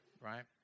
right